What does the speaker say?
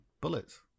bullets